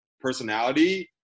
personality